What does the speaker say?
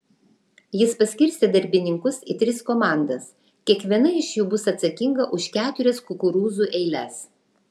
jis paskirstė darbininkus į tris komandas kiekviena iš jų bus atsakinga už keturias kukurūzų eiles